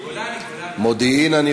זה תג של מודיעין אולי.